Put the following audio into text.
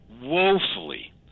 Woefully